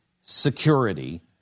security